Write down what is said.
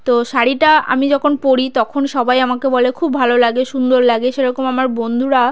তো শাড়িটা আমি যখন পরি তখন সবাই আমাকে বলে খুব ভালো লাগে সুন্দর লাগে সেরকম আমার বন্ধুরা